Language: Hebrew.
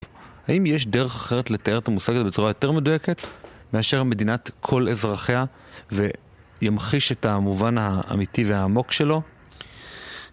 האם יש דרך אחרת לתאר את המושג הזה בצורה יותר מדויקת מאשר מדינת כל אזרחיה וימחיש את המובן האמיתי והעמוק שלו?